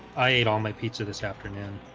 i ate all my pizza this afternoon,